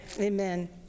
amen